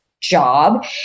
job